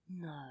No